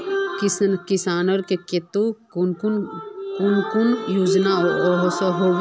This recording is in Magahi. किसानेर केते कुन कुन योजना ओसोहो?